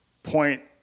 point